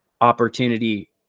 opportunity